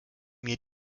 mir